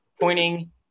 pointing